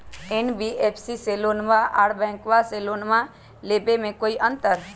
NBFC से लोनमा आर बैंकबा से लोनमा ले बे में कोइ अंतर?